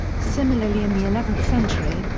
similarly in the eleventh century,